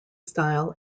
style